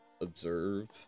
observe